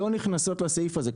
לא נכנסות לסעיף הזה,